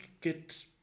get